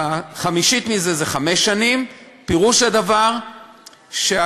חמישית מזה זה חמש שנים, ופירוש הדבר שהשופט